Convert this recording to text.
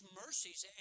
mercies